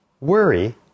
Worry